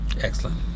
Excellent